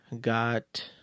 got